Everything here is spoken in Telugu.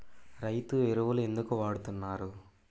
రైతు ఎరువులు ఎందుకు వాడుతున్నారు?